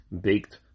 baked